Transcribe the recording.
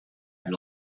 and